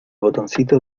botoncito